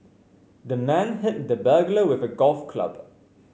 the man hit the burglar with a golf club